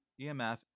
EMF